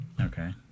Okay